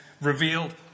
revealed